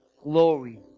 glory